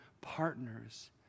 partners